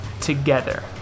together